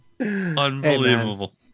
Unbelievable